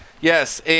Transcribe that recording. Yes